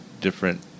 different